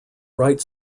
right